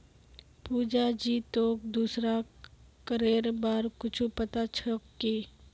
पुजा जी, तोक दूसरा करेर बार कुछु पता छोक की